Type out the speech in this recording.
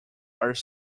are